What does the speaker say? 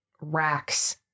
racks